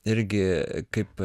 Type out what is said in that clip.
irgi kaip